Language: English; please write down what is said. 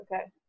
Okay